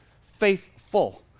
Faithful